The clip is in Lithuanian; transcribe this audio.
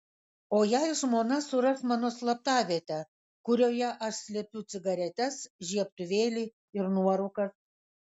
o jei žmona suras mano slaptavietę kurioje aš slepiu cigaretes žiebtuvėlį ir nuorūkas